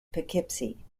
poughkeepsie